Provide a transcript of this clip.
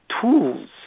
tools